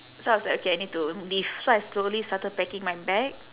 so I was like okay I need to leave so I slowly started packing my bag